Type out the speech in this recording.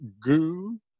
goo